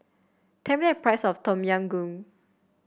tell me the price of Tom Yam Goong